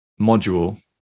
module